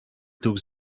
took